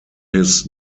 his